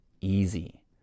easy